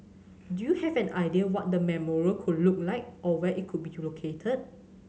do you have an idea what the memorial could look like or where it could be located